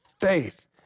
Faith